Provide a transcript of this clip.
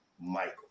Michael